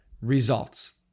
results